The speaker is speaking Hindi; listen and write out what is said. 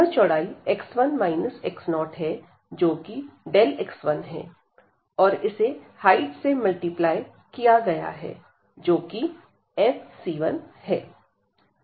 यह चौड़ाई x1 x0 है जो कि x1 है और इसे हाइट से मल्टीप्लाई किया गया है जो कि f है